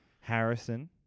Harrison